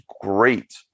great